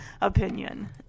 opinion